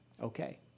okay